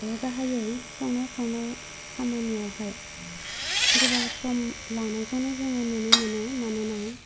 गाहायै संनाय खावनाय खामानियावहाय गोबाव सम लानायखौनो जोङो नुनो मोनो मानोना